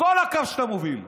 כל הקו שאתה מוביל.